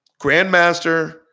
grandmaster